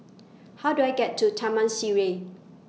How Do I get to Taman Sireh